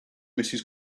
mrs